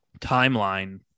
timeline